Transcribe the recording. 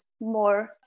more